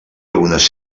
algunes